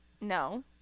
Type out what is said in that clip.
No